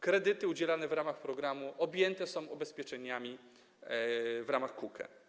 Kredyty udzielane w ramach programu są objęte ubezpieczeniami w ramach KUKE.